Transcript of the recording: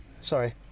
Sorry